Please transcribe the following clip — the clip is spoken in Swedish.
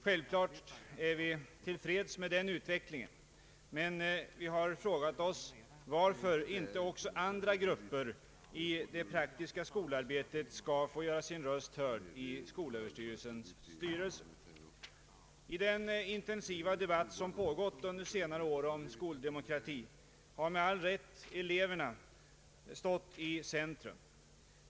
Självklart är vi till freds med den utvecklingen, men vi har frågat oss varför inte också andra grupper i det praktiska skolarbetet skall få göra sin röst hörd i skolöverstyrelsens styrelse. I den intensiva debatt som pågått under senare år om skoldemokrati har med all rätt eleverna stått i centrum.